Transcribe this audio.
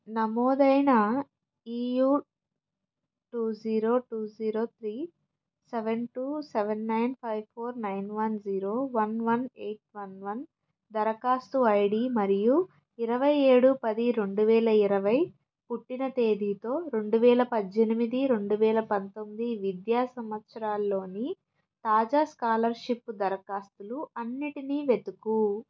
నమోదైన ఈ U two zero two zero three seven two seven nine five four nine one zero one one eight one one దరఖాస్తు ID మరియు ఇరవై ఏడు పది రెండువేల ఇరవై పుట్టిన తేదీతో రెండువేల పద్దెనిమిది రెండువేల పంతొమ్మిది విద్య సంవత్సరాల్లోని తాజా స్కాలర్షిప్ దరఖాస్తులు అన్నిటినీ వెతుకు